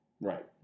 right